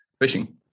fishing